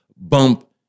bump